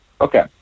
Okay